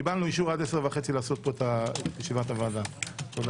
קיבלנו אישור לקיים את הישיבה עד 10:30. תודה